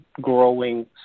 growing